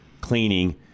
cleaning